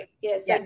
Yes